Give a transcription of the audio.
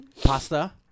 pasta